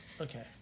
okay